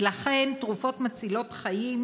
ולכן תרופות מצילות חיים,